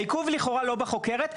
העיכוב לכאורה לא בחוקרת,